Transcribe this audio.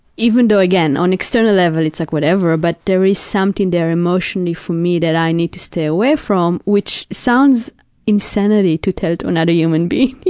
even though, again, on an external level, it's like whatever, but there is something there emotionally for me that i need to stay away from, which sounds insanity to tell to another human being